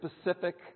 specific